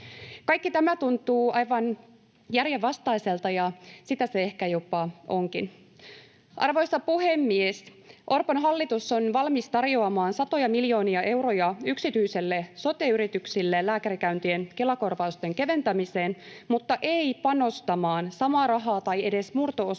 Kaikki tämä tuntuu aivan järjenvastaiselta, ja sitä se ehkä jopa onkin. Arvoisa puhemies! Orpon hallitus on valmis tarjoamaan satoja miljoonia euroja yksityisille sote-yrityksille lääkärikäyntien Kela-korvausten keventämiseen mutta ei panostamaan samaa rahaa tai edes murto-osaa